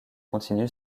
continue